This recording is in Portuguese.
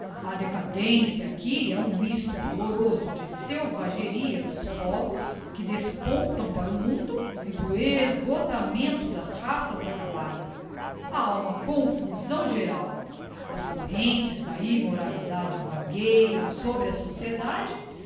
a decadência aqui é um mixto doloroso de selvageria dos povos que despontam para o mundo e do exgottamento das raças acabadas ha uma confusão geral as correntes da immoralidade vagueam sobre a sociedade